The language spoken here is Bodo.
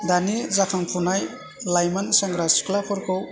दानि जाखांफुनाय लाइमोन सेंग्रा सिख्लाफोरखौ